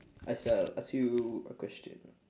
I shall ask you a question